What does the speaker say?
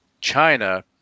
China